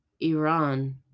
Iran